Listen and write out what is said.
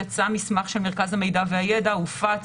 יצא מסמך של מרכז המידע והידע, הופץ.